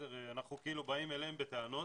אנחנו כאילו באים אליהם בטענות,